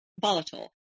volatile